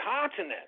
continent